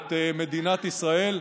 את מדינת ישראל.